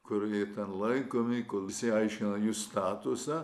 kur ten laikomi kol išsiaiškina jų statusą